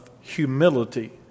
humility